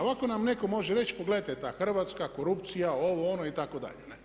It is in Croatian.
Ovako nam netko može reći pogledajte ta Hrvatska, korupcija, ovo, ono itd.